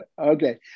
Okay